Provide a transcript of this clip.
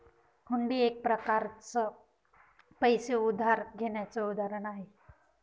हुंडी एक प्रकारच पैसे उधार घेण्याचं उदाहरण आहे